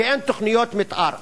כי אין תוכניות מיתאר.